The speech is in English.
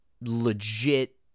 legit